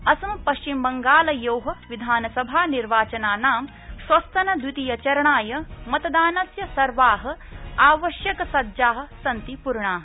असम पश्चिम बंगालयोः विधानसभानिर्वाचनानां श्वस्तनद्वितीय चरणाय मतदानस्य सर्वाः आवश्यकसज्जाः सन्ति पूर्णाः